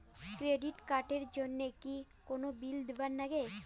Credit card এর জন্যে কি কোনো বিল দিবার লাগে?